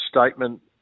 statement